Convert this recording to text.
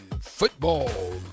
football